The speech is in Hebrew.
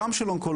גם של אונקולוגים,